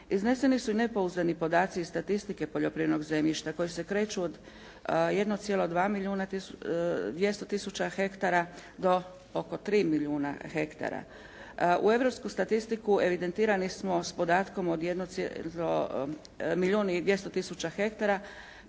Izneseni su i nepouzdani podaci i statistike poljoprivrednog zemljišta koji se kreću od 1,2 milijuna 200 tisuća hektara do oko 3 milijuna hektara. U europsku statistiku evidentirani smo s podatkom od milijun i 200 tisuća hektara